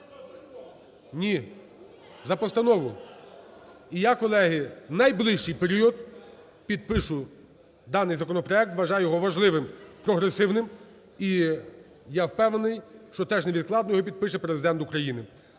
Ні, за постанову. І я, колеги, в найближчий період підпишу даний законопроект. Вважаю його важливим, прогресивним. І я впевнений, що теж невідкладно його підпише Президент України.